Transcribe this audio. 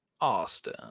Austin